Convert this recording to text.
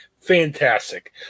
Fantastic